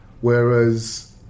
Whereas